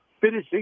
finishing